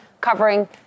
covering